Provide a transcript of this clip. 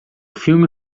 filme